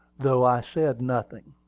though i said nothing.